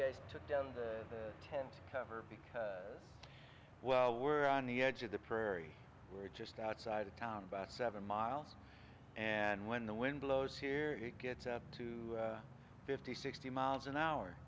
guys took down the tents cover because well we're on the edge of the prairie we're just outside of town about seven miles and when the wind blows here it gets up to fifty sixty miles an hour